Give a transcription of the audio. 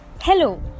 Hello